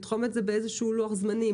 צריך לתחום את זה בלוח זמנים.